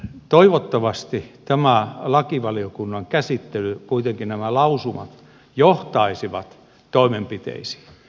toivottavasti tämä lakivaliokunnan käsittely nämä lausumat johtaisivat toimenpiteisiin